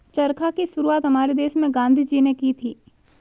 चरखा की शुरुआत हमारे देश में गांधी जी ने की थी